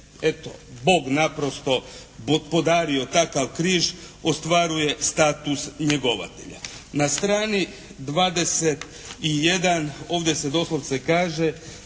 Bog naprosto podario takav križ, ostvaruje status njegovatelja. Na strani 21 ovdje se doslovce kaže